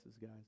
guys